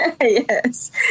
Yes